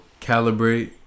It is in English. Calibrate